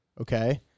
okay